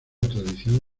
tradición